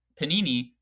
Panini